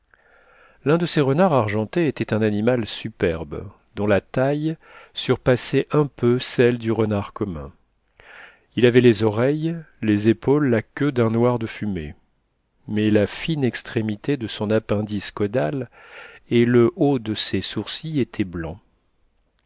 l'un de ces renards argentés était un animal superbe dont la taille surpassait un peu celle du renard commun il avait les oreilles les épaules la queue d'un noir de fumée mais la fine extrémité de son appendice caudal et le haut de ses sourcils étaient blancs